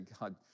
God